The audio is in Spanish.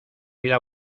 vida